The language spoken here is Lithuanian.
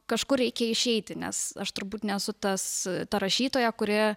kažkur reikia išeiti nes aš turbūt nesu tas ta rašytoja kuri